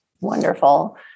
Wonderful